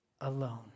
alone